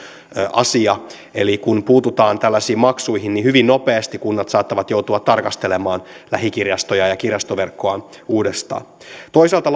asia eli kun puututaan tällaisiin maksuihin niin hyvin nopeasti kunnat saattavat joutua tarkastelemaan lähikirjastoja ja kirjastoverkkoaan uudestaan toisaalta